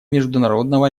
международного